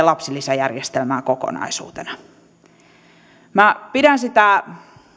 lapsilisäjärjestelmää kokonaisuutena minä pidän sitä